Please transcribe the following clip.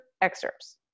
excerpts